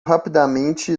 rapidamente